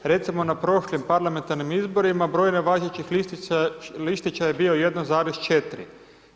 Recimo na prošlim parlamentarnim izborima broj nevažećih listića je bio 1,4.